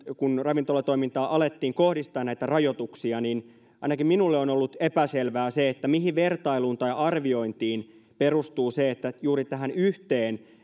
kun ravintolatoimintaan alettiin kohdistaa näitä rajoituksia niin ainakin minulle on ollut epäselvää se mihin vertailuun tai arviointiin perustuu se että juuri tähän yhteen